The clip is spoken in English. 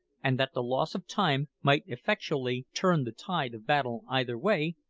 and that the loss of time might effectually turn the tide of battle either way,